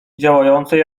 działającej